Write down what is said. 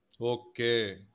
Okay